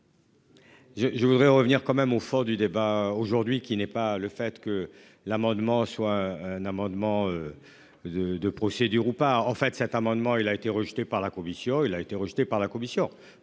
je voudrais revenir quand même au fond du débat aujourd'hui qui n'est pas le fait que l'amendement soit un amendement. De de procédure ou pas. En fait, cet amendement, il a été rejeté par la commission, il a été rejeté par la commission.